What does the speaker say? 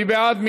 מי בעד?